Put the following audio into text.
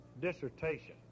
dissertation